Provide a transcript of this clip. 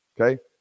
Okay